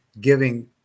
giving